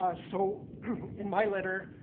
ah so in my letter,